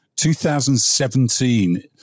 2017